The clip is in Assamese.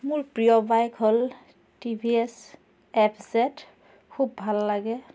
মোৰ প্ৰিয় বাইক হ'ল T V S F Z খুব ভাল লাগে